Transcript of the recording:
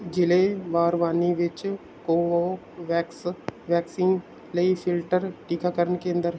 ਜ਼ਿਲ੍ਹੇ ਬਰਵਾਨੀ ਵਿੱਚ Covovax vaccine ਲਈ ਫਿਲਟਰ ਟੀਕਾਕਰਨ ਕੇਂਦਰ